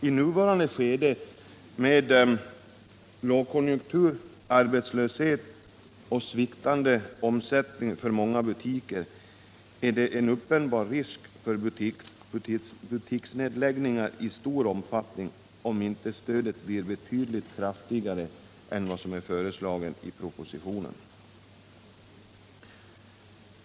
I nuvarande skede, med lågkonjunktur, arbetslöshet och sviktande omsättning för många butiker, är det en uppenbar risk för butiksnedläggningar i stor omfattning, om inte stödet blir betydligt kraftigare än vad som är föreslaget i propositionen.